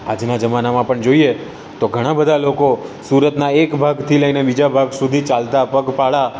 આજના જમાનામાં પણ જોઈએ તો ઘણાં બધા લોકો સુરતના એક ભાગથી લઈને બીજા ભાગ સુધી ચાલતા પગપાળા